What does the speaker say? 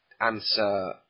answer